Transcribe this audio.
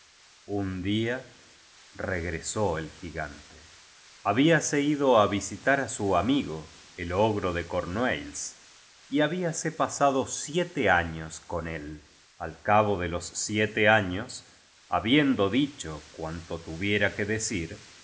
un día regresé el gigante habíase ido á visitar á su amigo el ogro de cornualles y habíase pasado siete años con él al cabo de los siete años ha biendo dicho cuanto tuviera que decir